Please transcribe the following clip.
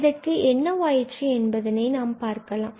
இதற்கு என்னவாயிற்று என்பதனை பார்க்கலாம்